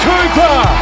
Cooper